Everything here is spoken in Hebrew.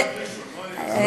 זה,